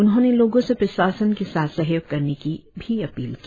उन्होंने लोगों से प्रशासन के साथ सहयोग करने की अपील की